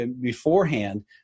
beforehand